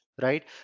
right